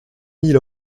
mille